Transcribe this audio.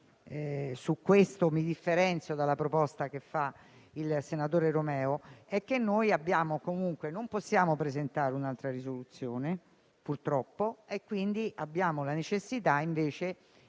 su cui mi dissocio dalla proposta del senatore Romeo, è che non possiamo presentare un'altra risoluzione, purtroppo, e quindi abbiamo la necessità di